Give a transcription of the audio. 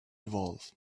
evolve